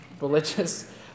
religious